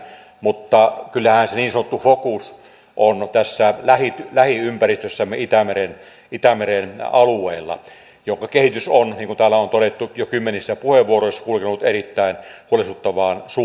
mutta kyllähän se niin sanottu fokus on tässä lähiympäristössämme itämeren alueella jonka kehitys on niin kuin täällä on todettu jo kymmenissä puheenvuoroissa kulkenut erittäin huolestuttavaan suuntaan